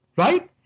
right?